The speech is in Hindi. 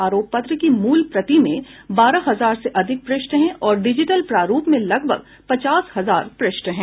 आरोप पत्र की मूल प्रति में बारह हजार से अधिक प्रष्ठ हैं और डिजिटल प्रारूप में लगभग पचास हजार प्रष्ठ हैं